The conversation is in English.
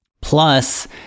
plus